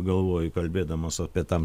galvoj kalbėdamas apie tam